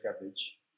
cabbage